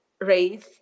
raise